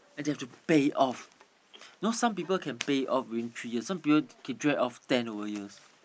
and they have to pay off you know some people can pay off during three years some people keep drag of ten over years